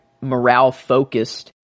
morale-focused